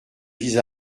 vise